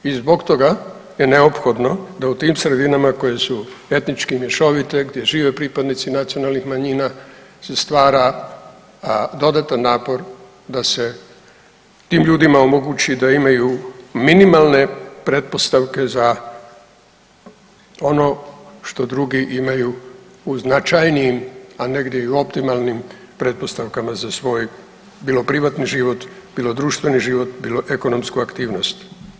I zbog toga je neophodno da u tim sredinama koje su etnički mješovite, gdje žive pripadnici nacionalnih manjina se stvara dodatan napor da se tim ljudima omogući da imaju minimalne pretpostavke za ono što drugi imaju u značajnijim, a negdje i u optimalnim pretpostavkama za svoj bilo privatni život, bilo društveni život, bilo ekonomsku aktivnost.